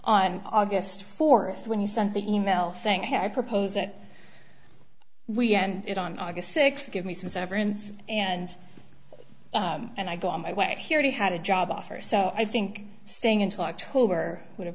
on august fourth when he sent the e mail saying hey i propose that we end it on august sixth give me some severance and and i go on my way here he had a job offer so i think staying until october would have